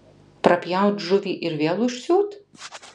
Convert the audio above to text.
prapjaut žuvį ir vėl užsiūt